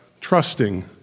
trusting